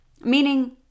Meaning